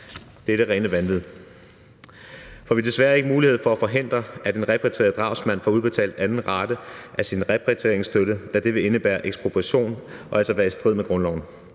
Det er det rene vanvid, for vi har desværre ikke mulighed for at forhindre, at en repatrieret drabsmand får udbetalt anden rate af sin repatrieringsstøtte, da det vil indebære ekspropriation og altså være i strid med grundloven.